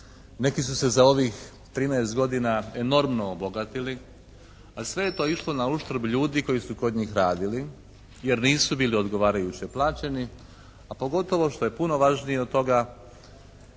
Neki su se za ovih 13 godina enormno obogatili a sve je to išlo na uštrb ljudi koji su kod njih radili jer nisu bili odgovarajuće plaćeni, a pogotovo što je puno važnije od toga